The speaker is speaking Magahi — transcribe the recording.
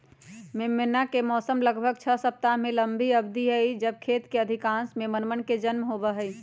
मेमना के मौसम लगभग छह सप्ताह के लंबी अवधि हई जब खेत के अधिकांश मेमनवन के जन्म होबा हई